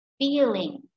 feeling